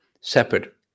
separate